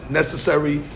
necessary